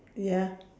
ya